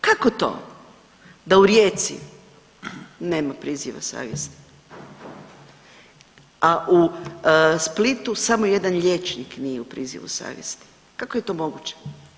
Kako to da u Rijeci nema priziva savjesti, a u Splitu samo jedan liječnik nije u prizivu savjesti, kako je to moguće?